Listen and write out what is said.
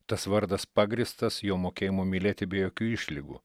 tas vardas pagrįstas jo mokėjimu mylėti be jokių išlygų